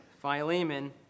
Philemon